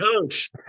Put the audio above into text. coach